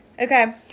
Okay